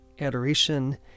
adoration